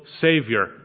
savior